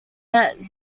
net